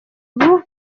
ubu